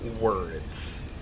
words